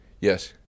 Yes